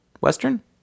Western